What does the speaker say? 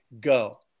go